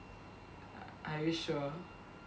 are you sure